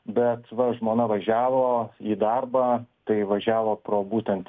bet va žmona važiavo į darbą tai važiavo pro būtent